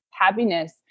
happiness